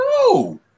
No